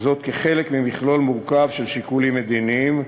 וזאת כחלק ממכלול מורכב של שיקולים מדיניים,